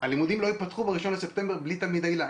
הלימודים לא ייפתחו ב-1 לספטמבר בלי תלמידי היל"ה.